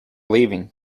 leaving